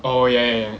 oh ya ya ya